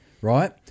right